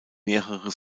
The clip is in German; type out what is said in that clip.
mehrere